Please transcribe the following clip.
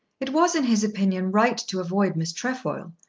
it was in his opinion right to avoid miss trefoil,